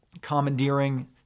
commandeering